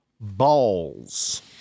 balls